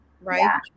right